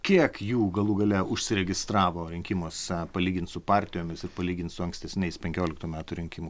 kiek jų galų gale užsiregistravo rinkimuose palygint su partijomis ir palygint su ankstesniais penkioliktų metų rinkimų